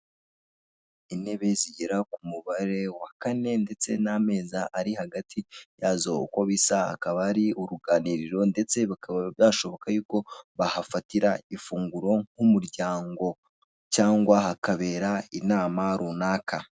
Intebe zigera ku mubare wa kane ndetse n'ameza ari hagari yazo uko bisa akaba ari uruganiriro ndetse bikaba byashoboka yuko bahafatira amafunguro nk'umuryango cyangwa hakabera inama runaka.